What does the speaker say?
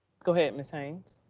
go ahead, ms. haynes.